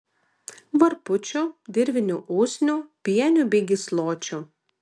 varpučių dirvinių usnių pienių bei gysločių